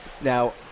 Now